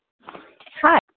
Hi